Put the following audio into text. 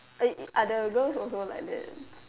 eh are the girls also like that